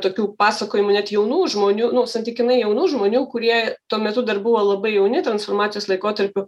tokių pasakojimų net jaunų žmonių nu santykinai jaunų žmonių kurie tuo metu dar buvo labai jauni transformacijos laikotarpiu